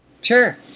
Sure